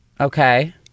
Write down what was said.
Okay